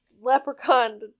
leprechaun